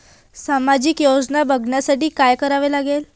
सामाजिक योजना बघासाठी का करा लागन?